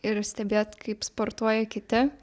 ir stebėt kaip sportuoja kiti